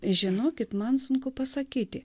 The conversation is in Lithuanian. žinokit man sunku pasakyti